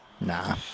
Nah